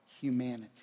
humanity